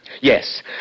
Yes